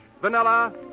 vanilla